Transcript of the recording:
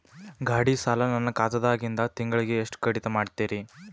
ಗಾಢಿ ಸಾಲ ನನ್ನ ಖಾತಾದಾಗಿಂದ ತಿಂಗಳಿಗೆ ಎಷ್ಟು ಕಡಿತ ಮಾಡ್ತಿರಿ?